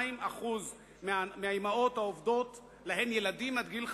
כ-32% מהאמהות העובדות שיש להן ילדים עד גיל חמש,